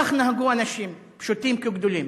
כך נהגו אנשים, פשוטים כגדולים.